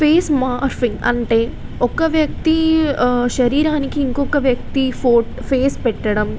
face morphing అంటే ఒక్క వ్యక్తి శరీరానికి ఇంకొక వ్యక్తి ఫో ఫేస్ పెట్టడం